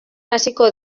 hasiko